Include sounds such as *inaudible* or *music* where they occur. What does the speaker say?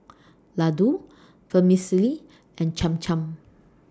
*noise* Ladoo Vermicelli and Cham Cham